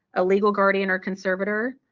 a legal guardian or conservator,